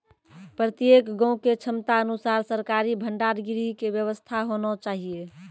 प्रत्येक गाँव के क्षमता अनुसार सरकारी भंडार गृह के व्यवस्था होना चाहिए?